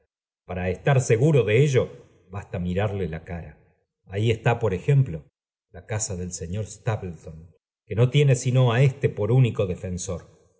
para estar seguro de ello basta mirarle la cara ahí está por ejemplo la casa del señor stapleton que no tiene sino á éste por único defensor